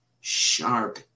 sharp